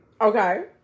Okay